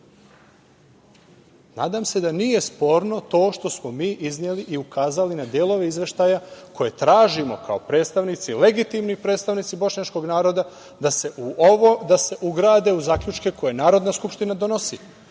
se da nije sporno to što smo mi izneli i ukazali na delove Izveštaja koje tražimo kao predstavnici, legitimni predstavnici bošnjačkog naroda, da se ugrade u zaključke koje Narodna skupština donosi.